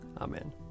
Amen